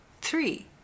Three